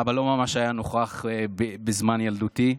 אבא לא ממש היה נוכח בזמן ילדותי,